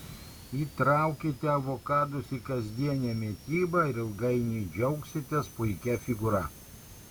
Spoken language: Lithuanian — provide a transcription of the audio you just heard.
įtraukite avokadus į kasdienę mitybą ir ilgainiui džiaugsitės puikia figūra